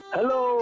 Hello